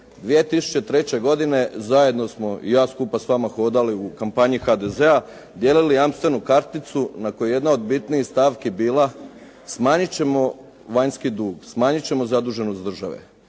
2003. godine zajedno smo i ja skupa s vama hodali u kampanji HDZ-a, dijelili jamstvenu karticu na kojoj je jedna od bitnijih stavki bila, smanjit ćemo vanjski dug, smanjit ćemo zaduženost države.